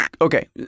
okay